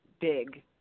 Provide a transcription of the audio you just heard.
big